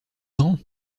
grand